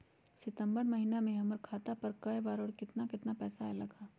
सितम्बर महीना में हमर खाता पर कय बार बार और केतना केतना पैसा अयलक ह?